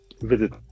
visit